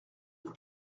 vous